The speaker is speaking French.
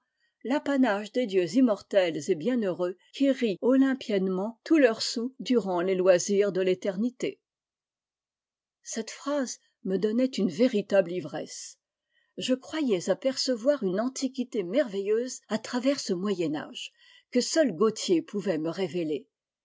l'apanage des dieux immortels et bienheureux qui rient olympiennement tout leur saoul durant les loisirs de l'éternité i cette phrase me donnait une véritable ivresse je croyais apercevoir une antiquité merveilleuse à travers ce moyen âge que seul gautier pouvait me révéler